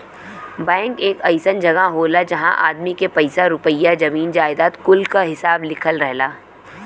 bank एक अइसन जगह होला जहां आदमी के पइसा रुपइया, जमीन जायजाद कुल क हिसाब लिखल रहला